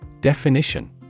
Definition